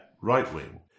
right-wing